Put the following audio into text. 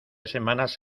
semanas